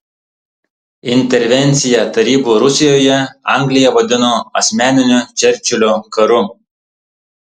intervenciją tarybų rusijoje anglija vadino asmeniniu čerčilio karu